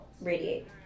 radiate